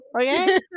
okay